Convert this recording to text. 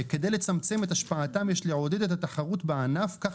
כדי לצמצם את השפעתם יש לעודד את התחרות בענף כך